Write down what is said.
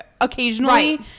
occasionally